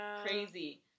crazy